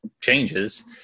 changes